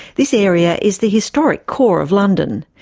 this area is the historic core of london.